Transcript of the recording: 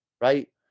right